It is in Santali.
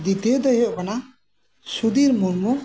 ᱫᱤᱛᱚᱭᱚ ᱫᱚᱭ ᱦᱩᱭᱩᱜ ᱠᱟᱱᱟ ᱥᱩᱫᱷᱤᱨ ᱢᱩᱨᱢᱩ